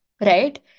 right